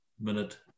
minute